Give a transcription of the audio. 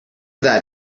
that